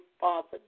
Father